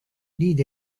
need